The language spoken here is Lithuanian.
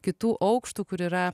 kitų aukštų kur yra